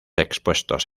expuestos